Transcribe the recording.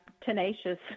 tenacious